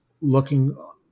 looking